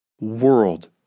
world